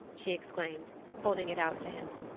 she exclaimed, holding it out to him.